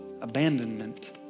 Abandonment